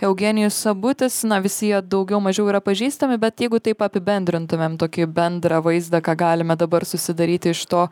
eugenijus sabutis na visi jie daugiau mažiau yra pažįstami bet jeigu taip apibendrintumėm tokį bendrą vaizdą ką galime dabar susidaryti iš to